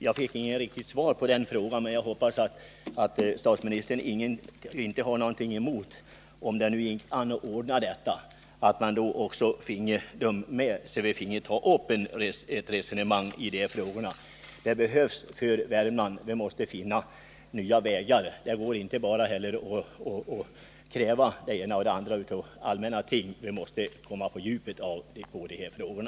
Jag fick inget riktigt svar på min fråga om ett sådant besök, men jag hoppas att statsministern inte har någonting emot att de andra departementscheferna deltar i besöket så att vi kunde ta upp ett resonemang om alla de här frågorna. Vi måste nämligen finna nya vägar för att lösa problemen i Värmland. Man kan inte bara ställa krav på både det ena och det andra, utan vi måste gå på djupet med de här frågorna.